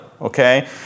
okay